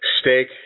steak